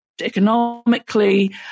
economically